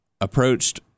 approached